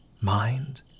Mind